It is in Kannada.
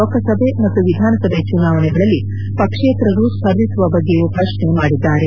ಲೋಕಸಭೆ ಮತ್ತು ವಿಧಾನಸಭೆ ಚುನಾವಣೆಗಳಲ್ಲಿ ಪಕ್ಷೇತರರು ಸ್ಪರ್ಧಿಸುವ ಬಗ್ಗೆಯೂ ಪ್ರಶ್ನೆ ಮಾಡಿದ್ದಾರೆ